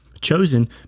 chosen